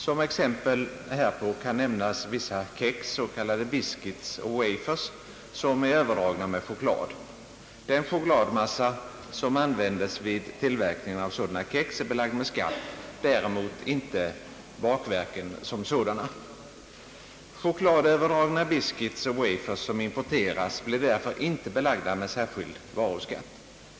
Som exempel härpå kan nämnas vissa kex, s.k. biscuits och wafers, som är överdragna med choklad. Den chokladmassa som användes vid tillverkningen av sådana kex är belagd med skatt, däremot inte bakverken som sådana. Chokladöverdragna = biscuits och wafers som importeras blir därför inte belagda med särskild varuskatt.